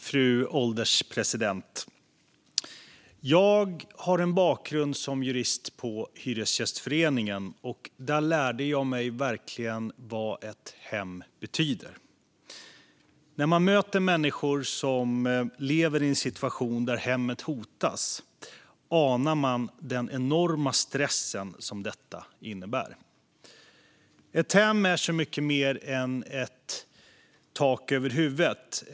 Fru ålderspresident! Jag har en bakgrund som jurist på Hyresgästföreningen, och där lärde jag mig verkligen vad ett hem betyder. När man möter människor som lever i en situation där hemmet hotas anar man den enorma stress detta innebär. Ett hem är så mycket mer än tak över huvudet.